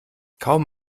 kaum